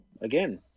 Again